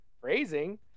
Phrasing